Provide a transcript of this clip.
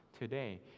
today